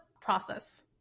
process